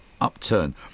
upturn